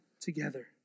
together